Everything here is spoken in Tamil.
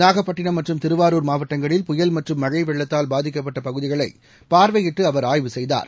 நாகப்பட்டினம் மற்றும் திருவாரூர் மாவட்டங்களில் புயல் மற்றும் மழை வெள்ளத்தால் பாதிக்கப்பட்ட பகுதிகளை பார்வையிட்டு அவர் ஆய்வு செய்தார்